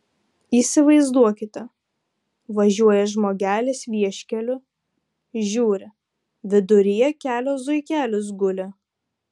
įsivaizduokite važiuoja žmogelis vieškeliu žiūri viduryje kelio zuikelis guli